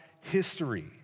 history